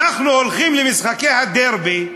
אנחנו הולכים למשחקי הדרבי,